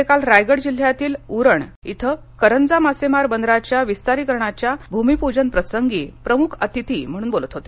ते काल रायगड जिल्ह्यातील उरण इथं करंजा मासेमार बंदराच्या विस्तारीकरणाच्या भूमिपूजन प्रसंगी ते प्रमुख अतिथी म्हणून बोलत होते